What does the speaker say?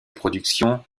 productions